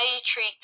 treat